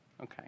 Okay